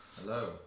Hello